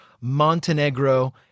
Montenegro